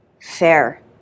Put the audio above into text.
Fair